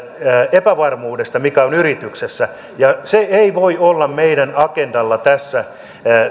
epävarmuudesta mikä on yrityksessä se ei voi olla meidän agendallamme tässä